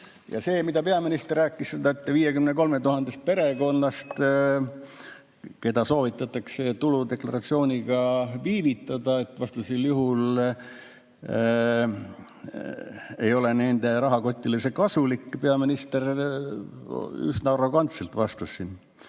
Ja see, mida peaminister rääkis 53 000 perekonnast, kellel soovitatakse tuludeklaratsiooniga viivitada, vastasel juhul ei ole see nende rahakotile kasulik. Peaminister üsna arrogantselt vastas.